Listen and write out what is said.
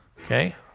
Okay